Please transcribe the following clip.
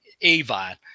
Avon